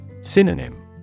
Synonym